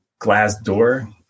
Glassdoor